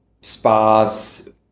spas